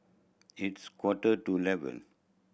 its quarter to eleven